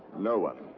no one.